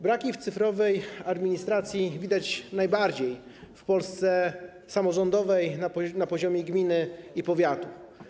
Braki w cyfrowej administracji widać najbardziej w Polsce samorządowej na poziomie gminy i na poziomie powiatu.